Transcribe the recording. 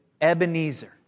Ebenezer